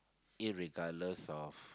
irregardless of